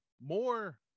more